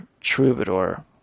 Troubadour